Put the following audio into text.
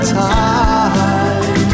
time